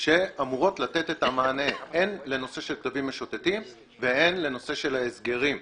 שאמורות לתת את המענה לנושא של כלבים משוטטים והן לנושא של ההסגרים.